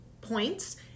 points